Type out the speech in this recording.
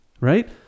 right